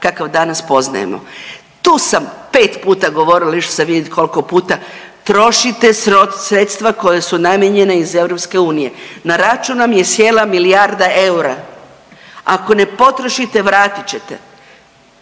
kakav danas poznajemo. Tu su sam 5 puta govorila, išla sam vidjeti koliko puta, trošite sredstva koja su namijenjena iz EU. Na račun nam je sjela milijarda eura. Ako ne potrošite, vratit ćete.